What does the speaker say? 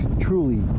truly